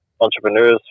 entrepreneurs